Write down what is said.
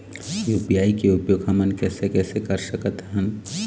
UPI के उपयोग हमन कैसे कैसे कर सकत हन?